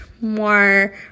more